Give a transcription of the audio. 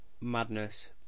Madness